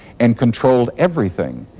and controlled everything.